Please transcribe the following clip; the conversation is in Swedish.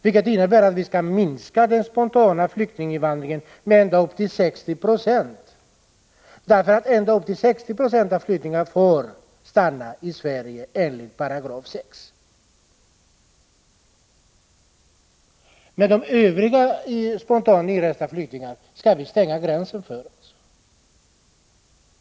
Det innebär att vi skulle minska den spontana flyktinginvandringen med ända upp till 60 70 — ända till 60 70 av flyktingarna får nämligen stanna i Sverige enligt 6§. Men de övriga spontant inresta flyktingarna skulle vi alltså stänga gränsen för.